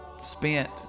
spent